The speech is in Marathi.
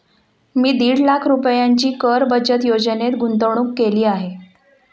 मी दीड लाख रुपयांची कर बचत योजनेत गुंतवणूक केली आहे